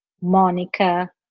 Monica